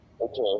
Okay